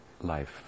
life